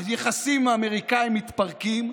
היחסים עם האמריקאים מתפרקים,